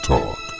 Talk